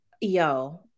Yo